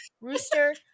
rooster